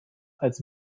als